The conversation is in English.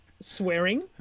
Swearing